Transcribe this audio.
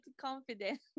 confident